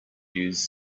use